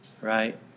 right